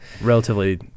Relatively